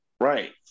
Right